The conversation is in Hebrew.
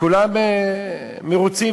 וכולם מרוצים.